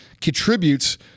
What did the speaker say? contributes